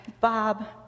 Bob